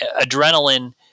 adrenaline